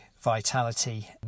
vitality